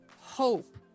hope